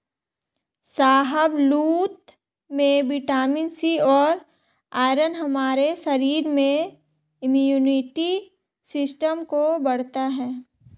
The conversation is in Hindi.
शाहबलूत में विटामिन सी और आयरन हमारे शरीर में इम्युनिटी सिस्टम को बढ़ता है